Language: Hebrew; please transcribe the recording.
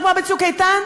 כמו ב"צוק איתן",